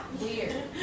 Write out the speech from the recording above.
Weird